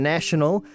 National